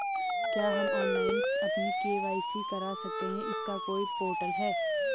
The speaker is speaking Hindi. क्या हम ऑनलाइन अपनी के.वाई.सी करा सकते हैं इसका कोई पोर्टल है?